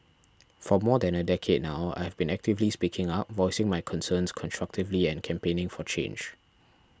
for more than a decade now I've been actively speaking up voicing my concerns constructively and campaigning for change